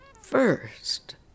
first